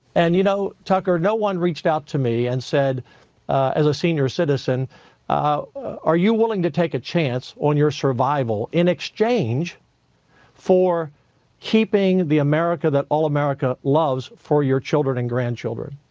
and you know tucker, no one reached out to me and said as a senior citizen are you willing to take a chance on your survival in exchange for keeping the america that all america loves for your children and grandchildren?